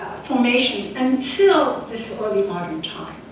formation until this early modern time,